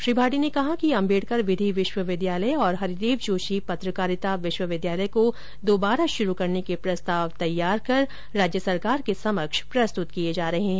श्री भाटी ने कहा कि अम्बेडकर विधि विश्वविद्यालय और हरिदेव जोशी पत्रकारिता विश्वविद्यालय को दुबारा शुरू करने के प्रस्ताव तैयार कर राज्य सरकार के समक्ष प्रस्तुत किए जा रहे हैं